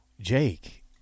Jake